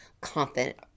confident